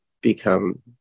become